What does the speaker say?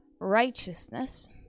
righteousness